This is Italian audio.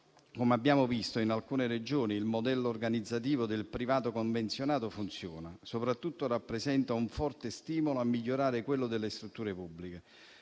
come abbiamo visto, in alcune Regioni il modello organizzativo del privato convenzionato funziona e, soprattutto, rappresenta un forte stimolo a migliorare quello delle strutture pubbliche.